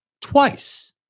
twice